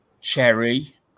Cherry